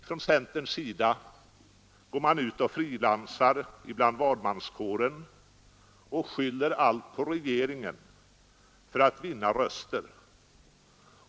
Från centerns sida går man ut och frilansar bland valmanskåren och skyller allt på regeringen för att vinna röster.